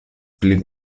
pli